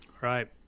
Right